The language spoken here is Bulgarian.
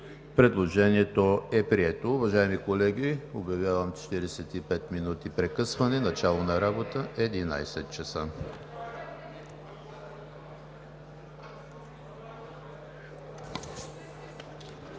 Предложението е прието.